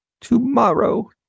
Tomorrow